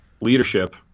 leadership